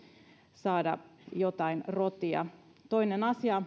saada jotain rotia toinen asia